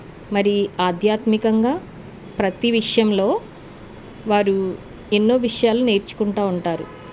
మరి ఆధ్యాత్మికంగా ప్రతీ విషయంలో వారు ఎన్నో విషయాలు నేర్చుకుంటు ఉంటారు